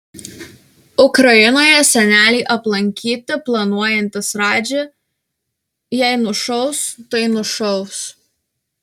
ukrainoje senelį aplankyti planuojantis radži jei nušaus tai nušaus